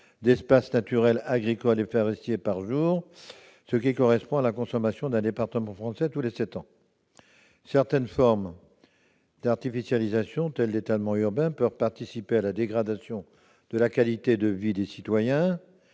d'espaces naturels, agricoles et forestiers par jour, ce qui correspond à la consommation d'un département français tous les sept ans. Certaines formes d'artificialisation, tel l'étalement urbain, peuvent participer à la dégradation de la qualité de vie des citoyens